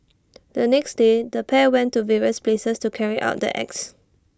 the next day the pair went to various places to carry out the acts